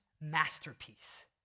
masterpiece